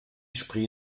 spree